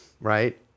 Right